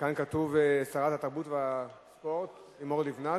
כאן כתוב שרת התרבות והספורט לימור לבנת.